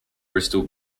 bristol